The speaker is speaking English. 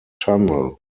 tunnel